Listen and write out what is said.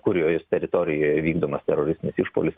kurios teritorijoj įvykdomas teroristinis išpuolis